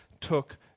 took